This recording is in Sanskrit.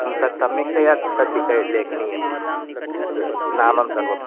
तत् सम्यक्तया तत् लेखनीयं तत् नाम सर्वम्